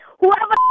whoever